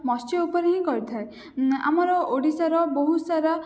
ମତ୍ସ୍ୟ ଉପରେ ହିଁ କରିଥାଏ ଆମର ଓଡ଼ିଶାର ବହୁତ ସାରା